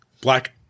black